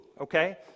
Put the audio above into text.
okay